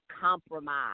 compromise